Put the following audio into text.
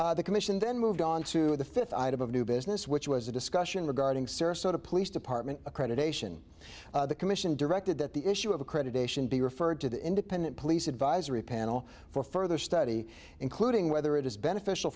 discussion the commission then moved on to the fifth item of new business which was a discussion regarding sarasota police department accreditation the commission directed that the issue of accreditation be referred or to the independent police advisory panel for further study including whether it is beneficial